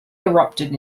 erupted